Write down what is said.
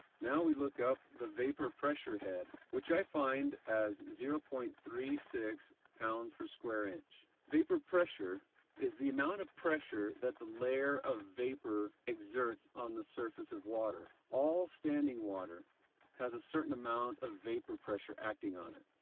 now we look up the vapor pressure head which i find as zero point three six pounds per square inch. vapor pressure is the amount of pressure that the layer of vapor exerts on the surface of water. all standing water has a certain amount of vapor pressure acting on it.